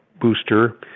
booster